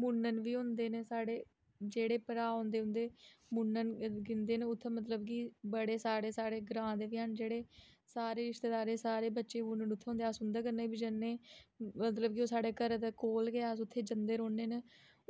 मुन्नन बी होंदे न साढ़े जेह्ड़े भ्राऽ होंंदे उं'दे मुन्नन गिनदे न उत्थे मतलब कि बड़े सारे साढ़े ग्रांऽ दे बी हैन जेह्ड़े सारे रिश्तेदारे सारे बच्चें दे मुन्नन उत्थे होंदे अस उंदे कन्नै बी जन्नें मतलब कि ओह् साढ़े घरै दै कोल गै अस उत्थे जंदे रौंह्ने न